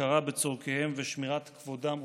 הכרה בצורכיהם ושמירת כבודם ופרטיותם.